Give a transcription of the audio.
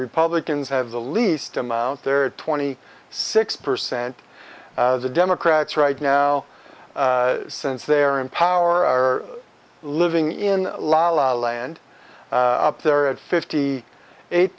republicans have the least amount there twenty six percent of the democrats right now since they're in power living in la la land up there at fifty eight